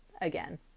again